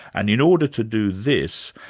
and in order to do this,